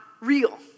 real